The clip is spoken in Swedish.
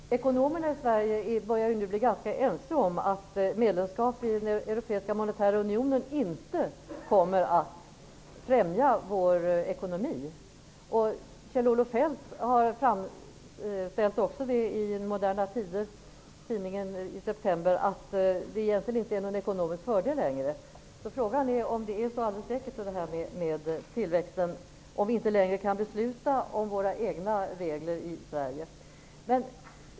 Herr talman! Ekonomerna i Sverige börjar nu bli ganska ense om att ett medlemskap i den europeiska monetära unionen inte kommer att främja vår ekonomi. Kjell-Olof Feldt har också i tidningen Moderna tider i september framfört att det egentligen inte längre är någon ekonomisk fördel. Frågan är alltså om det här med tillväxten är så alldeles säkert, om vi inte längre kan besluta om våra egna regler i Sverige.